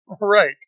right